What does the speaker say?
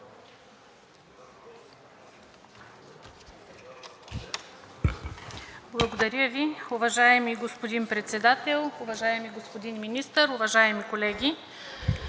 Благодаря Ви. Уважаеми господин Председател, уважаеми господин Министър, уважаеми колеги!